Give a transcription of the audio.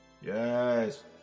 Yes